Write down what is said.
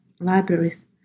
libraries